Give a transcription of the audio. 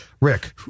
Rick